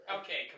Okay